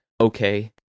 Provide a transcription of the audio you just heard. okay